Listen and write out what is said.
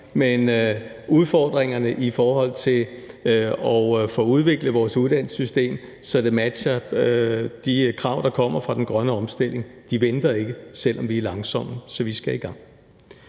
men udfordringerne i forhold til at få udviklet vores uddannelsessystem, så det matcher de krav, der kommer fra den grønne omstilling, venter ikke, selv om vi er langsomme. Så vi skal i gang.